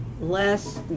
less